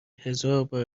هزاربار